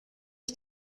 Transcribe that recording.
ich